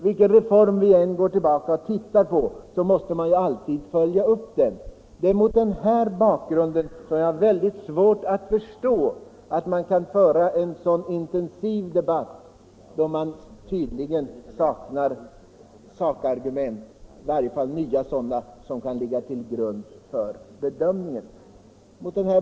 Vilken reform man än ser tillbaka på har den följts upp. Mot denna bakgrund har jag väldigt svårt att förstå hur man kan föra en så intensiv debatt, trots att man saknar nya sakargument, som kan ligga till grund för bedömningen.